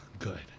Good